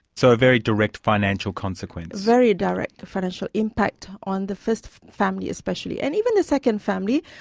so a very direct financial consequence? very direct financial impact on the first family especially. and even the second family.